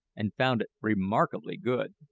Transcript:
and found it remarkably good.